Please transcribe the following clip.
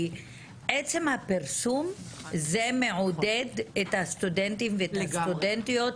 כי עצם הפרסום מעודד את הסטודנטים והסטודנטיות